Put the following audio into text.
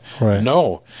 no